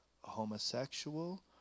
homosexual